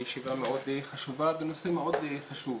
זו ישיבה מאוד חשובה בנושא מאוד חשוב.